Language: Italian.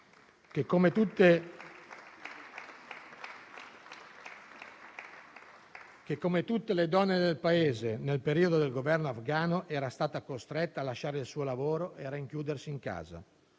che come tutte le donne del Paese nel periodo del governo afgano era stata costretta a lasciare il suo lavoro e a rinchiudersi in casa.